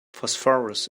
phosphorus